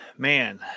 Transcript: Man